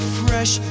fresh